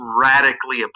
radically